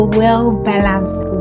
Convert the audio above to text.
well-balanced